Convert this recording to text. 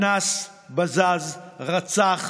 אנס, בזז, רצח,